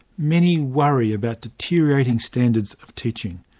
many worry about deteriorating standards of teaching.